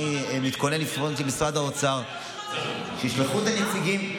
אני מתכונן לפנות למשרד האוצר שישלחו נציגים,